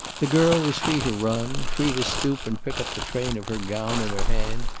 the girl was free to run, free to stoop and pick up the train of her gown in her hand,